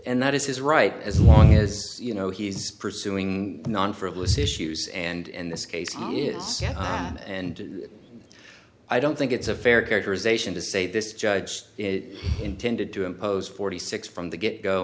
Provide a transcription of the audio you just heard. and that is his right as long as you know he's pursuing non frivolous issues and this case is and i don't think it's a fair characterization to say this judge intended to impose forty six from the get go